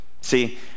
See